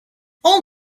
all